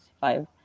five